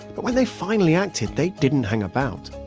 but when they finally acted, they didn't hang about.